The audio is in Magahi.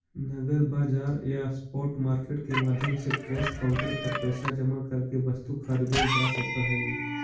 नगद बाजार या स्पॉट मार्केट के माध्यम से कैश काउंटर पर पैसा जमा करके वस्तु खरीदल जा सकऽ हइ